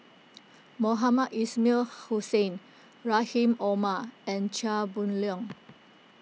Mohamed Ismail Hussain Rahim Omar and Chia Boon Leong